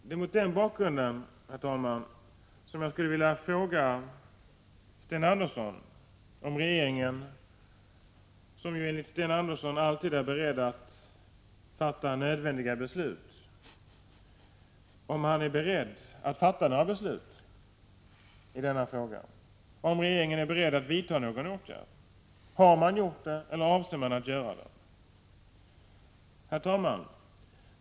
Det är mot den bakgrunden, herr talman, jag skulle vilja fråga Sten Andersson om regeringen, som enligt Sten Andersson alltid är beredd att fatta nödvändiga beslut, är beredd att fatta några beslut och vidta några åtgärder i denna fråga. Har man gjort det eller avser man att göra det? Herr talman!